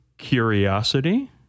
curiosity